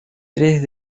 tres